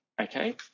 Okay